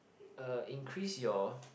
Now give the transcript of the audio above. uh increase your